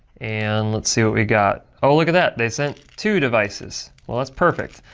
and let's see what we got. oh, look at that. they sent two devices. well that's perfect,